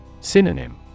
Synonym